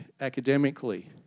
academically